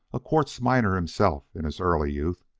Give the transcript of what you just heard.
a quartz miner himself in his early youth,